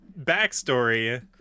Backstory